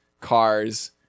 cars